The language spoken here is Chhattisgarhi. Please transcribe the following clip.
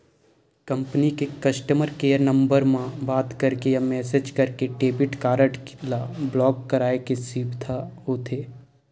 कंपनी के कस्टमर केयर नंबर म बात करके या मेसेज करके डेबिट कारड ल ब्लॉक कराए के सुबिधा होथे